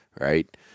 right